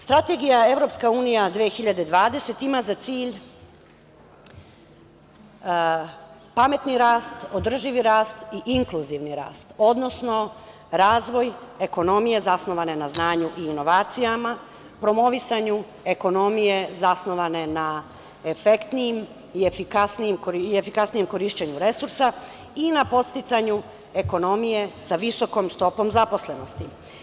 Strategija EU 2020 ima za cilj pametni rast, održivi rast i inkluzivni rast, odnosno razvoj ekonomije zasnovane na znanju i inovacijama, promovisanju ekonomije zasnovane na efektnijem i efikasnijem korišćenju resursa i na podsticanju ekonomije sa visokom stopom zaposlenosti.